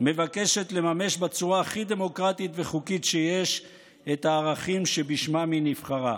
מבקשת לממש בצורה הכי דמוקרטית וחוקית שיש את הערכים שבשמם היא נבחרה.